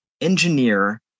engineer